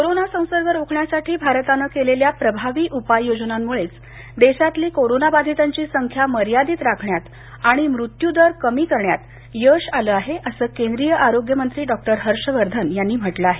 corona संसर्ग रोखण्यासाठी भारतानं केलेल्या प्रभावी उपाय योजनामुळेच देशातली कोरोनां बाधितांची संख्या मर्यादित राखण्यात आणि मृत्यू दर कमी करण्यात यश आल आहे अस केंद्रीय आरोग्य मंत्री डॉ हर्ष वर्धन यांनी म्हटलं आहे